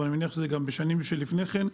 ואני מניח שגם בשנים שלפני כן,